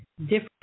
different